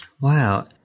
wow